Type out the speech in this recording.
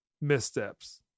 missteps